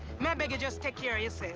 my beg you just take care